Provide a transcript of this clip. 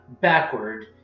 backward